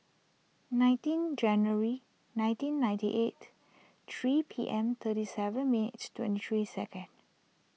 nineteen January nineteen ninety eight three P M thirty seven minutes twenty three second